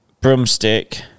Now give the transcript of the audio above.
broomstick